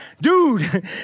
Dude